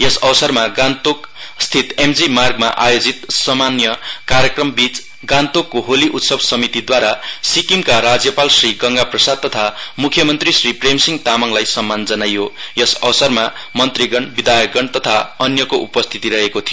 यस अवसरमा गान्तोकस्थित एमजी मार्गमा आयोजित सामान्य कार्यक्रमबीच गान्तोकको होली उत्सव समितिद्वारा सिक्किमका राज्यपाल श्री गंगा प्रसाद तथा म्ख्यमन्त्री श्री प्रेम सिंह तामाङलाई सम्मान जनाइयो यस अवसरमा मन्त्रीगण विधायकगण तथा अन्यको उपस्थिति रहेको थियो